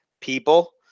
people